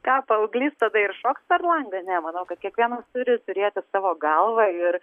ką paauglys tada ir šoks per langą ne manau kad kiekvienas turi turėti savo galvą ir